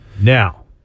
Now